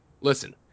Listen